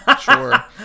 Sure